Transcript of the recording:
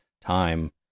time